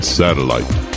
satellite